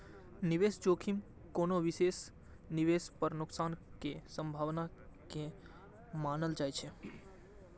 निवेश जोखिम कोनो विशेष निवेश पर नुकसान के संभावना के मानल जाइ छै